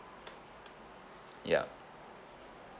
ya